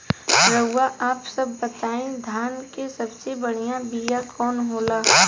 रउआ आप सब बताई धान क सबसे बढ़ियां बिया कवन होला?